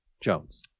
Jones